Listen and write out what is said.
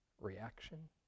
Reaction